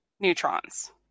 neutrons